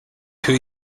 two